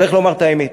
צריך לומר את האמת: